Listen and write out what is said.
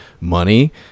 money